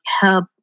help